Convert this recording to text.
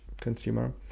consumer